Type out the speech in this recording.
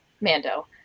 Mando